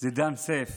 זידאן סייף